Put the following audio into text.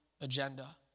agenda